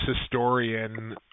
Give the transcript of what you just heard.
historian